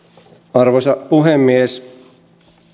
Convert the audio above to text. arvoisa puhemies